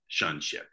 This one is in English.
shunship